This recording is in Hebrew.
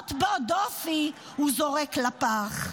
שמטילות בו דופי, הוא זורק לפח.